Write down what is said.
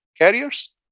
carriers